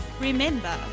Remember